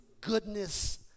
goodness